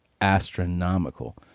astronomical